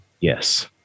Yes